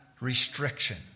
restriction